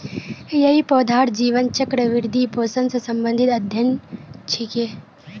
यई पौधार जीवन चक्र, वृद्धि, पोषण स संबंधित अध्ययन छिके